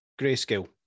Grayscale